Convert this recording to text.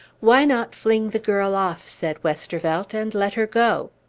why not fling the girl off, said westervelt, and let her go?